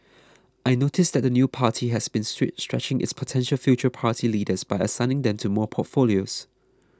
I noticed that the new party has been stretch stretching its potential future party leaders by assigning them to more portfolios